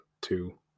two